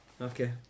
okay